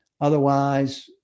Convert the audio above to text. Otherwise